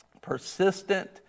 persistent